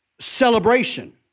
Celebration